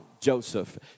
Joseph